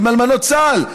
עם אלמנות צה"ל.